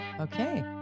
okay